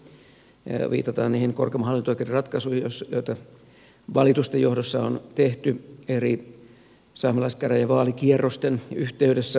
tässä viitataan niihin korkeimman hallinto oikeuden ratkaisuihin joita valitusten johdosta on tehty eri saamelaiskäräjien vaalikierrosten yhteydessä